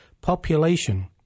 population